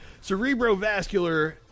Cerebrovascular